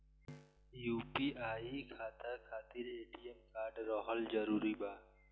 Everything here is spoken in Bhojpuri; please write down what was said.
यू.पी.आई खाता खातिर ए.टी.एम कार्ड रहल जरूरी बा?